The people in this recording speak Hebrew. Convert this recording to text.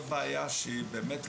שהיא באמת קריטית,